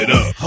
up